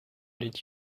did